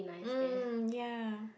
mm ya